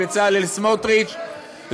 לבצלאל סמוטריץ,